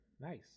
Nice